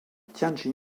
tianjin